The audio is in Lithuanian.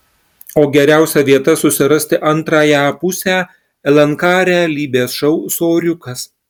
o geriausia vieta susirasti antrąją pusę lnk realybės šou soriukas